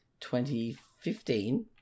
2015